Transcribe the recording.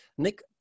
Nick